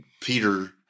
Peter